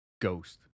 ghost